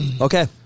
Okay